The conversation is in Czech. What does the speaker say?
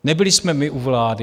Nebyli jsme my u vlády.